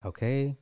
Okay